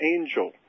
angel